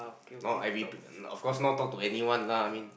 no I repeat of course not talk to anyone lah I mean